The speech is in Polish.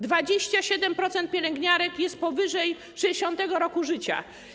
27% pielęgniarek jest powyżej 60. roku życia.